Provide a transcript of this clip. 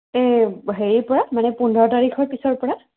এই হেৰি পৰা মানে পোন্ধৰ তাৰিখৰ পিছৰ পৰা